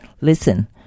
Listen